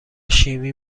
شیمی